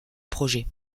projet